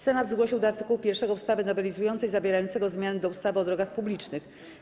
Senat zgłosił do art. 1 ustawy nowelizującej zawierającego zmiany do ustawy o drogach publicznych.